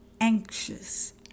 anxious